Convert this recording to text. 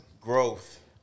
growth